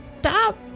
stop